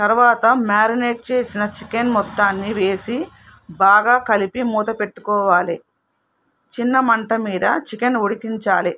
తర్వాత మ్యారినేట్ చేసిన చికెన్ మొత్తాన్ని వేసి బాగా కలిపి మూత పెట్టుకోవాలి చిన్న మంట మీద చికెన్ ఉడికించాలి